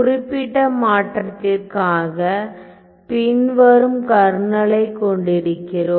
குறிப்பிட்ட மாற்றத்திற்காக பின்வரும் கர்னலைக் கொண்டிருக்கிறோம்